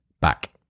back